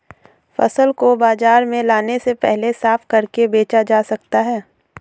फसल को बाजार में लाने से पहले साफ करके बेचा जा सकता है?